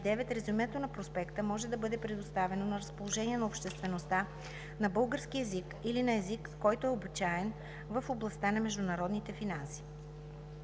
резюмето на проспекта може да бъде предоставено на разположение на обществеността на български език или на език, който е обичаен в областта на международните финанси.